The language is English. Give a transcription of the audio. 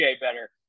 better